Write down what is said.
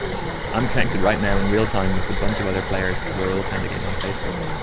i'm connected right now in real time with a bunch of other players who are all playing the game on facebook,